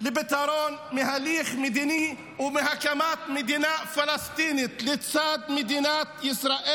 לפתרון מהליך מדיני ומהקמת מדינה פלסטינית לצד מדינת ישראל.